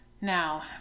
Now